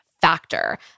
Factor